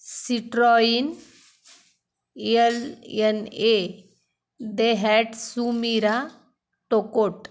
Citroen यल यन ए दे हॅट सुमिरा टोकोट